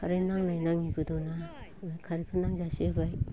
खारै नांनाय नाङैबो दंना खारैखौ नांजासे होबाय